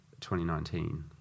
2019